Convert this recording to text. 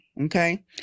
okay